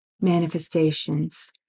manifestations